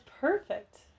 perfect